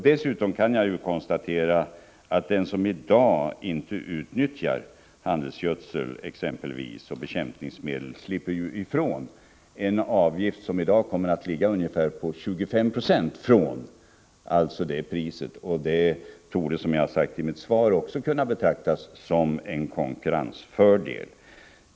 Dessutom kan jag konstatera att den som i dag inte utnyttjar exempelvis handelsgödsel och bekämpningsmedel slipper ifrån en avgift som i dag kommer att ligga på ungefär 25 96. Det torde, som jag har sagt i mitt svar, kunna betraktas som en konkurrensfördel.